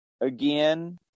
again